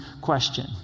question